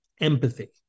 empathy